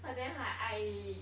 and then I